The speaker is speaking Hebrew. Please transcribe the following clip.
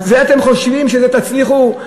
אתם חושבים שתצליחו?